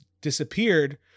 disappeared